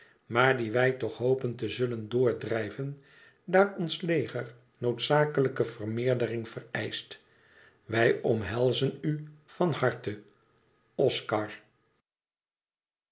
maar die wij toch hopen te zullen doordrijven daar ons leger noodzakelijke vermeerdering vereischt wij omhelzen u van harte slot